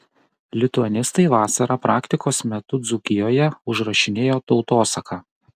lituanistai vasarą praktikos metu dzūkijoje užrašinėjo tautosaką